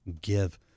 give